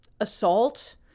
assault